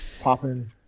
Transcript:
popping